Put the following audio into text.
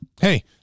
hey